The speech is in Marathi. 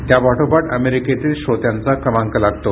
त्यापाठोपाठ अमेरिकेतील श्रोत्यांचा क्रमांक लागतो